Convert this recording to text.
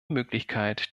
möglichkeit